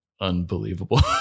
unbelievable